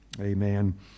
Amen